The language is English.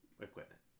equipment